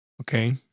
Okay